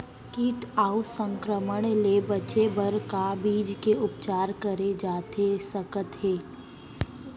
किट अऊ संक्रमण ले बचे बर का बीज के उपचार करे जाथे सकत हे?